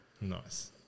Nice